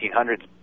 1800s